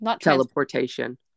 Teleportation